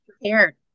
prepared